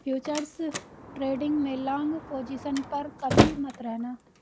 futures trading में long position पर कभी मत रहना